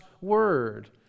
Word